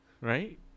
Right